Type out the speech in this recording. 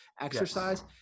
exercise